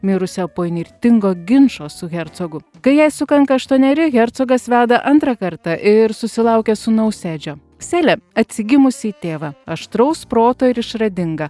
mirusią po įnirtingo ginčo su hercogu kai jai sukanka aštuoneri hercogas veda antrą kartą ir susilaukia sūnaus edžio selė atsigimusi į tėvą aštraus proto ir išradinga